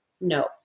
no